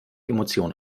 emotionen